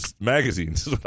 magazines